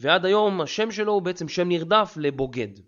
ועד היום השם שלו הוא בעצם שם נרדף לבוגד